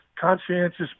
conscientious